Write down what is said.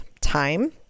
time